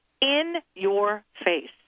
in-your-face